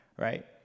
right